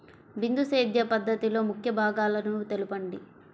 బిందు సేద్య పద్ధతిలో ముఖ్య భాగాలను తెలుపండి?